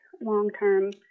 long-term